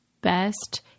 best